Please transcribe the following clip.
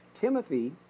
Timothy